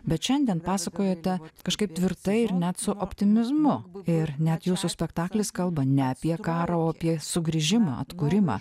bet šiandien pasakojote kažkaip tvirtai ir net su optimizmu ir net jūsų spektaklis kalba ne apie karą o apie sugrįžimą atkūrimą